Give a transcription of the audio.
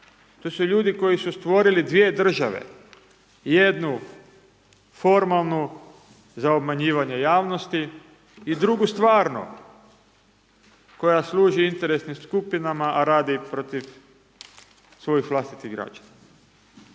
To su ljudi koji su stvorili dvije države, jednu formalnu za obmanjivanje javnosti, i drugu stvarno koja služi interesnim skupinama, a radi protiv svojih vlastitih građana.